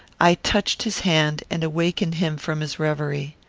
i touched his hand and awakened him from his reverie.